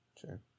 Sure